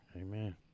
Amen